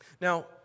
Now